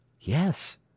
Yes